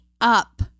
up